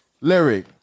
Lyric